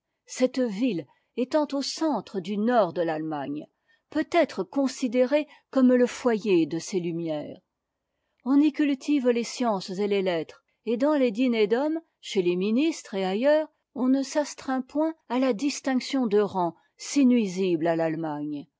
cette ville étant au centre du nord de l'allemagne peut être considérée comme le foyer de ses lumières on y cultive les sciences et les lettres et dans les dîners d'hommes chez les ministres et ailleurs on ne s'astreint point à la'séparation de rang si nuisible à l'allemagne